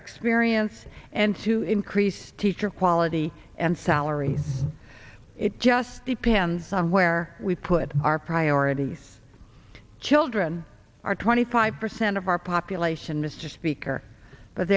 experience and to increase teacher quality and salary it just depends on where we put our priorities children are twenty five percent of our population mr speaker but